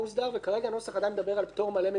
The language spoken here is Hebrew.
וכרגע הנוסח עדיין מדבר על פטור מלא ממכרז,